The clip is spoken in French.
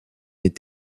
est